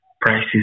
prices